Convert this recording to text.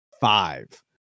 five